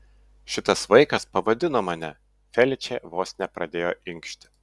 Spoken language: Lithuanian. šitas vaikas pavadino mane feličė vos nepradėjo inkšti